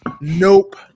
nope